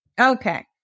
Okay